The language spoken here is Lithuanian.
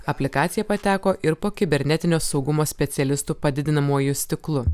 aplikacija pateko ir po kibernetinio saugumo specialistų padidinamuoju stiklu